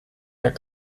der